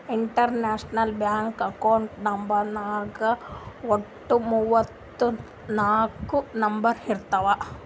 international bank account ನಂಬರ್ನಾಗ್ ವಟ್ಟ ಮೂವತ್ ನಾಕ್ ನಂಬರ್ ಇರ್ತಾವ್